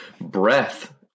breath